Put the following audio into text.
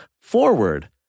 forward